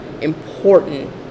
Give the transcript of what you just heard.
important